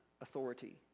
authority